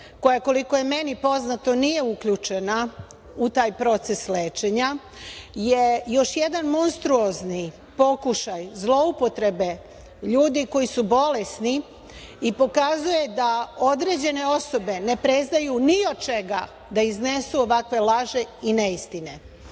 koja koliko je meni poznato nije uključena u taj proces lečenja, je još jedan monstruozni pokušaj zloupotrebe ljudi koji su bolesni i pokazuje da određene osobe ne prezaju ni od čega da iznesu ovakve laži i neistine. Ja